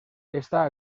está